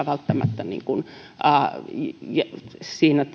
välttämättä siinä